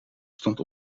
stond